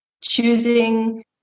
choosing